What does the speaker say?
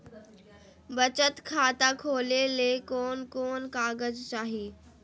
बचत खाता खोले ले कोन कोन कागज चाही?